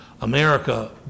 America